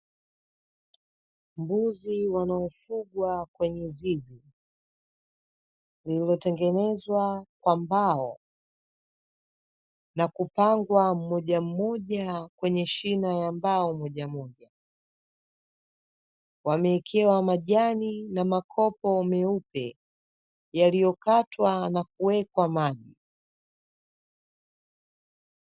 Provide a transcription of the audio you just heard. Mbuzi wanaofugwa kwenye zizi lililotengenezwa kwa mbao, na kupangwa mmoja mmjoa kwenye shina la mbao moja moja, Wamewekewa majani na makopo meupe yaliyokatwa na kuwekwa maji.